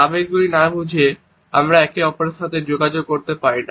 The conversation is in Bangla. আবেগগুলি না বুঝে আমরা একে অপরের সাথে যোগাযোগ করতে পারি না